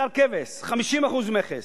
בשר כבש, 50% מכס,